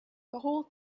whole